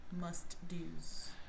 must-dos